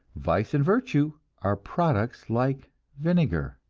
vice and virtue are products like vinegar.